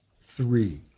Three